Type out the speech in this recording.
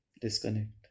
disconnect